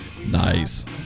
Nice